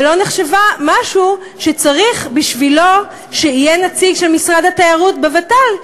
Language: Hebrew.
ולא נחשבה משהו שצריך שבשבילו יהיה נציג של משרד התיירות בוות"ל,